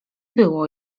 było